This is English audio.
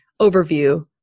overview